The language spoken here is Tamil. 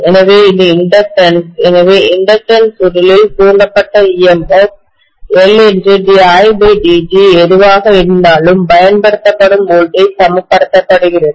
எனவே இது இண்டக்டன்ஸ் எனவே இண்டக்டன்ஸ் சுருளில் தூண்டப்பட்டEMF Ldidt எதுவாக இருந்தாலும் பயன்படுத்தப்படும் வோல்டேஜ் சமப்படுத்தப்படுகிறது